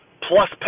plus